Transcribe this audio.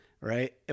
right